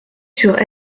sur